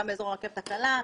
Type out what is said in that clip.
גם באזור הרכבת הקלה,